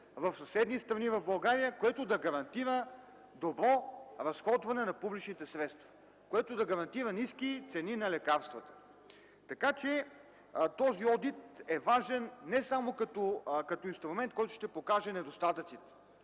в съседни страни на България, което да гарантира добро разходване на публичните средства и ниски цени на лекарствата. Този одит е важен не само като инструмент, който ще покаже недостатъците.